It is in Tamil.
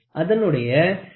அதனுடைய ஸ்டெப் அளவு 0